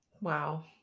Wow